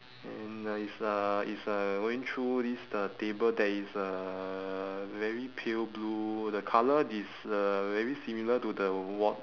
and uh it's uh it's uh going through this the table that is uh very pale blue the colour is uh very similar to the wat~